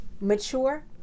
mature